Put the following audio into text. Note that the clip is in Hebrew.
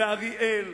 באריאל,